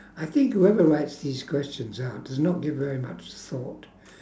I think whoever writes these questions out does not give very much thought